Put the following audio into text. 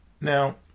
Now